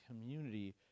community